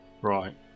Right